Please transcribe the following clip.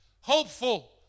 hopeful